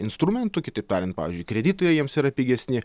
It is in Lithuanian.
instrumentų kitaip tariant pavyzdžiui kreditai jiems yra pigesni